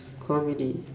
comedy